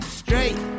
straight